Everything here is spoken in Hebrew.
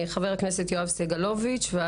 חה"כ יואב סגלוביץ', בבקשה.